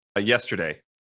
yesterday